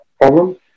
problem